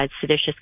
seditious